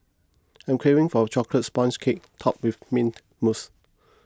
I am craving for a Chocolate Sponge Cake Topped with Mint Mousse